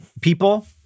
people